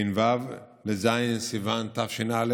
בין ו' לז' בסיוון תש"א,